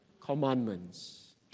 Commandments